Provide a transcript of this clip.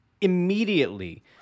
immediately